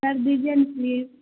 کر دیجیے نا پلیز